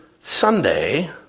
Sunday